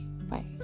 Bye